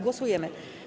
Głosujemy.